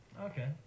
Okay